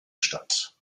statt